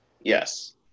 Yes